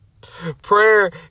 Prayer